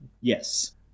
Yes